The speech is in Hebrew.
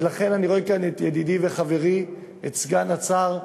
ולכן, אני רואה כאן את ידידי וחברי, את סגן השר,